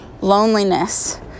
loneliness